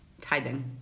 tithing